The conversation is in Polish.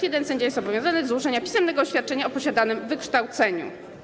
1. Sędzia jest obowiązany do złożenia pisemnego oświadczenia o posiadanym wykształceniu.